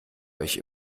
euch